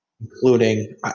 including –